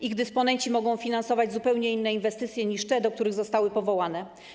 Ich dysponenci mogą finansować nimi zupełnie inne inwestycje niż te, do których zostały powołane.